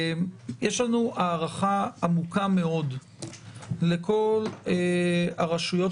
יש לנו הערכה עמוקה מאוד לכל הרשויות